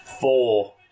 Four